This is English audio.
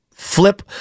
Flip